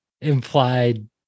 implied